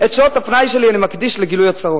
את שעות הפנאי שלי אני מקדיש לגילוי אוצרות.